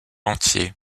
entier